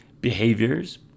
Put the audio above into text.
Behaviors